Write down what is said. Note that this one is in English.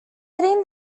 sitting